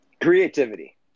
Creativity